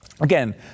Again